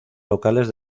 locales